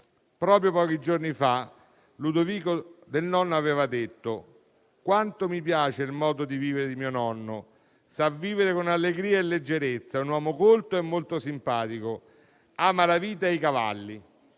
proprio pochi giorni fa, aveva pronunciato sul nonno: quanto mi piace il modo di vivere di mio nonno, sa vivere con allegria e leggerezza, è un uomo colto e molto simpatico; ama la vita e i cavalli;